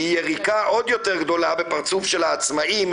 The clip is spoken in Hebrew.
היא יריקה עוד יותר גדולה בפרצוף של העצמאים,